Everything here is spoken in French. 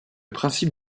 principe